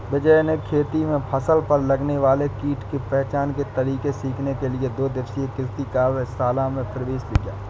विजय ने खेती में फसल पर लगने वाले कीट के पहचान के तरीके सीखने के लिए दो दिवसीय कृषि कार्यशाला में प्रवेश लिया